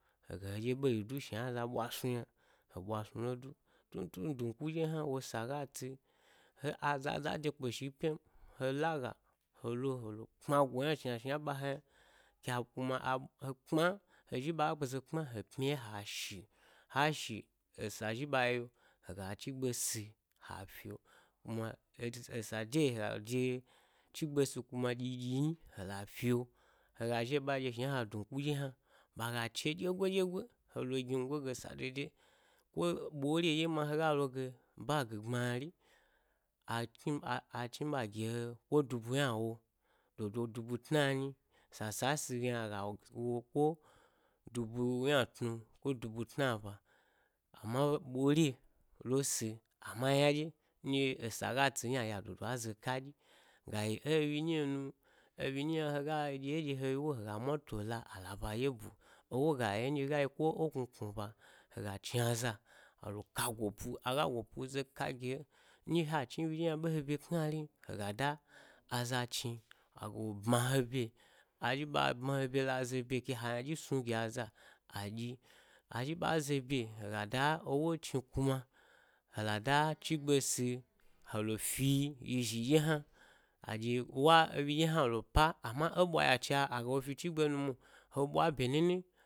Hega he ɗye ɓe ji du shna hega ɓwa snu yna, he ɓwa snulo du, tun tun duku ɗye hna wosa ga tsi, he, azaza de kpe shi’ pyi m, he laga helo helo kpma go yna shna shna ɓahe, ko a kuma abi he kpma. He zhi ɓa zo kpma he pmyiye ha shi-ha shi esa zhi ɓa yi’ o hega chigbe sii ha fyo, kuma ede esa de yo, hega do-chigbe si kuma ɗyi ɗyi nyi nyi, he la-fyo-hega zhi ɓa ɗye shna duku ɗye shna duku ɗye yna ɓaga de ɗyegoi ɗyegoi, helo gni go ge sa dodoyi, ko ɓde ɗye ma hega logo ɗogii gbmari, achni-a-a chnibe a gi he, ko dubu yna wo dodo dubu tna-nyi, sasa e sigem yna hega wu ko duby ynatnu ko dubu tnaba. Amma ɓore lo si ammat ynaɗye nɗye eza ga tsi, yna yna a dodo a zo ka ɗyi, ga yi e enyi nyilo nu, ewyi nyi hega ɗye, ɗye heyi wo yi hega moto la al aba dye bu, ewu ga yem, ko eknu ba, hega chni aza, helo ka go’pu aga go’pu zo ka gibe, nɗye ha chni wyi ɗye hna bo he ɓye kna rim, hega da, aza chni aga lo ɓma he ɓye azhi ɓa ɓma he bye, keha ynaɗyi snu gi aza ɗyi, azhi ɓa zo bye hega da ewo chin kuna hela da chigbe si hebe fyiwyizhi ɗye hna, a ɗye wa ewyi ɗye hna lo pa-amma, e ɓwa yacha agalo fi chigbe nu mwo, he ɓwa bye nini